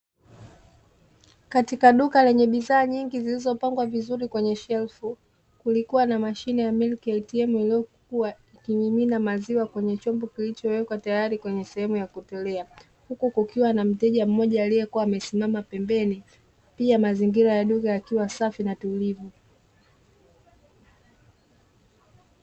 Katika duka lenye bidhaa nyingi zilizopangwa vizuri kwenye shelfu kulikuwa na mashine ya "milk atm" iliyokiwa ikimimina maziwa kwenye chombo kilichowekwa tayari kwenye sehemu ya kutolea huku kukiwa na mteja mmoja aliyekuwa amesimama pembeni pia mazingira ya duka yakiwa safi na tulivu.